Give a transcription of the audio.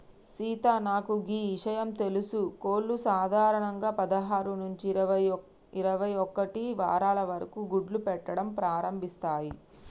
సీత నాకు గీ ఇషయం తెలుసా కోళ్లు సాధారణంగా పదహారు నుంచి ఇరవై ఒక్కటి వారాల వరకు గుడ్లు పెట్టడం ప్రారంభిస్తాయి